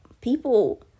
people